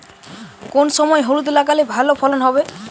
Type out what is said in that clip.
কোন সময় হলুদ লাগালে ভালো ফলন হবে?